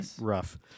rough